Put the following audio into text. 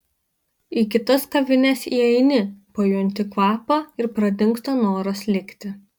į kitas kavines įeini pajunti kvapą ir pradingsta noras likti